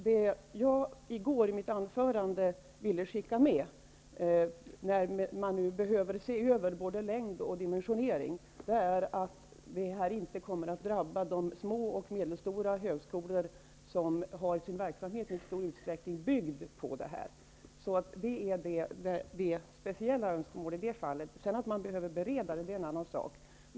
Vad jag i går i mitt huvudanförande ville skicka med -- med tanke på att det blir nödvändigt att se över både längd och dimensionering -- är att de små och medelstora högskolorna, vars verksamhet bygger på det som här nämns, inte behöver drabbas. Det har ju varit ett speciellt önskemål i detta avseende. Att det sedan behövs en beredning är en annan sak.